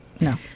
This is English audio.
No